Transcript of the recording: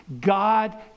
God